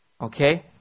Okay